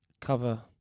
cover